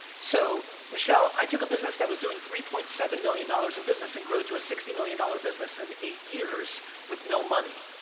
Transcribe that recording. so michelle i took a business that was doing three point seven million dollars in business and grew it to a sixty million dollar business in eight years with no money,